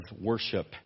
worship